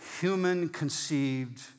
human-conceived